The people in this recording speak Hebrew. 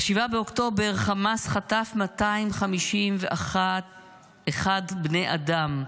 ב־7 באוקטובר חמאס חטף 251 בני אדם: